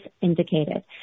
indicated